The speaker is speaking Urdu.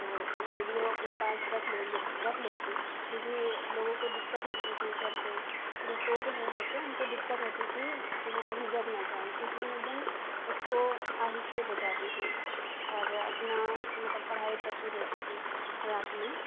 تو ریڈیو اپنے پاس رکھ لے لے لیتی کیوں کہ لوگوں کو دقت ہوتی تھی گھر پہ جو سو رہے ہوتے ان کو دقت ہوتی تھی کہ وہ کہیں جگ نہ جائیں اس لیے میں ایک دم اس کو آہستہ بجاتی تھی اور اپنا مطلب پڑھائی کرتی رہتی تھی رات میں